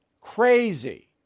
Crazy